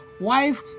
wife